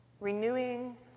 Renewing